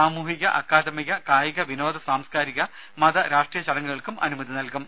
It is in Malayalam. സാമൂഹിക അക്കാദമിക കായിക വിനോദ സാംസ്കാരിക മത രാഷ്ട്രീയ ചടങ്ങുകൾക്കും അനുമതി നൽകും